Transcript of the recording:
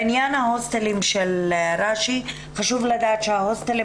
בעניין ההוסטלים של --- חשוב לדעת שההוסטלים